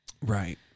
Right